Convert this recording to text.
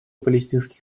палестинский